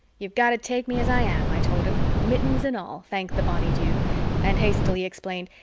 you've got to take me as i am, i told him, mittens and all, thank the bonny dew and hastily explained,